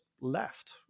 left